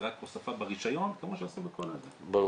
זה רק הוספה ברשיון כמו שעושים בכל --- ברור.